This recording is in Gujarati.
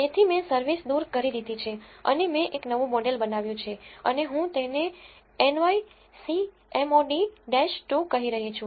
તેથી મેં service દૂર કરી દીધી છે અને મેં એક નવું મોડેલ બનાવ્યું છે અને હું તેને nycmod 2 કહી રહી છું